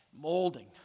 molding